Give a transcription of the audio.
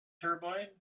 turbine